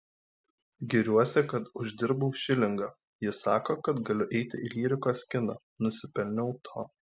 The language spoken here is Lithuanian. giriuosi kad uždirbau šilingą ji sako kad galiu eiti į lyrikos kiną nusipelniau to